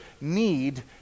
need